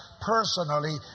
personally